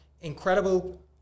incredible